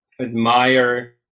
admire